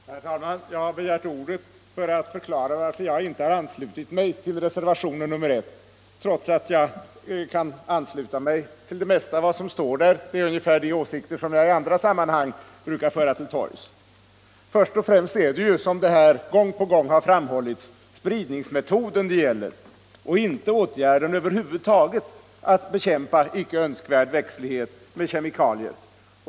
Herr talman! Jag har begärt ordet för att förklara varför jag inte anslutit mig till reservationen 1, trots att jag kan instämma i det mesta av vad som står där. Det är ungefär de åsikter som jag i andra sammanhang brukar föra till torgs. Först och främst är det, som här gång på gång framhållits, spridningsmetoden det gäller och inte åtgärden över huvud taget att bekämpa icke önskvärd växtlighet med kemikalier.